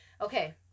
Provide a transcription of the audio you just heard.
Okay